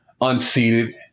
unseated